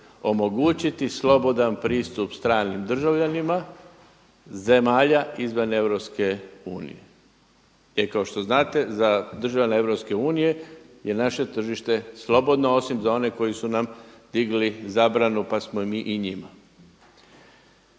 Omogućiti slobodan pristup stranim državljanima zemalja izvan EU. Jer kao što znate za državljane EU je naše tržište slobodno osim za one koji su nam digli zabranu pa smo mi i njima.